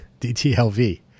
DTLV